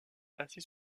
assez